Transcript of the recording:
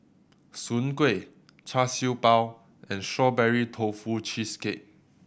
Soon Kuih Char Siew Bao and Strawberry Tofu Cheesecake